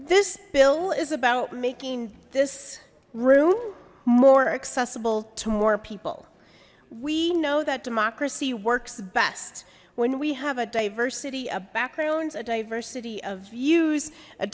this bill is about making this room more accessible to more people we know that democracy works best when we have a diversity of backgrounds a diversity of views